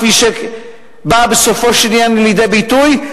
כפי שבא בסופו של עניין לידי ביטוי.